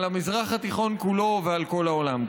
על המזרח התיכון כולו ועל כל העולם.